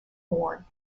born